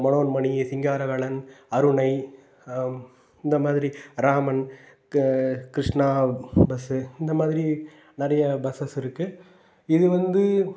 மனோன்மணி சிங்காரவேலன் அருணை இந்த மாதிரி ராமன் க கிருஷ்ணா பஸ்ஸு இந்த மாதிரி நிறைய பஸ்ஸஸ் இருக்குது இது வந்து